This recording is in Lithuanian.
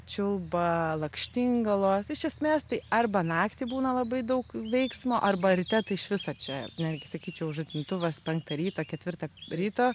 čiulba lakštingalos iš esmės tai arba naktį būna labai daug veiksmo arba ryte tai iš viso čia netgi sakyčiau žadintuvas penktą ryto ketvirtą ryto